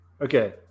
Okay